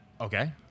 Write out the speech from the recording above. Okay